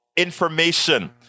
Information